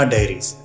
Diaries